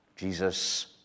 jesus